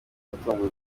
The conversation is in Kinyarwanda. umutungo